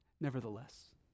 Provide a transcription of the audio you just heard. nevertheless